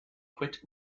quit